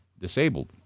disabled